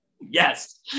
Yes